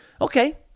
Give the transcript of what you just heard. Okay